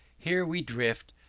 here we drift,